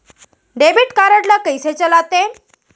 Debit card ला कइसे चलाते?